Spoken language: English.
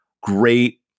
great